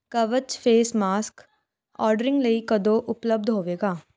ਕਵਚ face mask ordering ਲਈ ਕਦੋਂ ਉਪਲਬਧ ਹੋਵੇਗਾ